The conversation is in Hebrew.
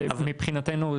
זה מבחינתנו,